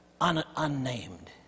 unnamed